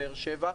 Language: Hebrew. באר שבע,